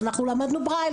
אנחנו למדנו ברייל,